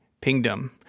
Pingdom